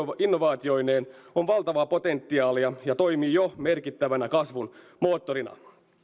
innovaatioineen on valtavaa potentiaalia ja se toimii jo merkittävänä kasvun moottorina